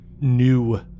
new